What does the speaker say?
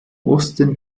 osten